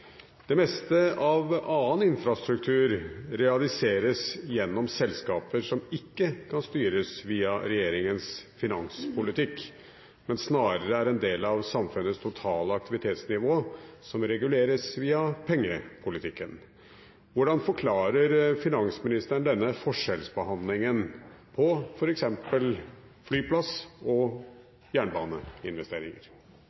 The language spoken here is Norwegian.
Det meste av annen statlig infrastruktur realiseres gjennom selskaper som ikke kan styres via regjeringens finanspolitikk, men snarere er en del av samfunnets totale aktivitetsnivå som reguleres via pengepolitikken. Hvordan forklarer statsråden denne forskjellsbehandlingen på f.eks. flyplass-